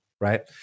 right